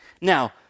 Now